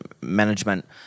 management